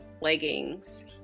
leggings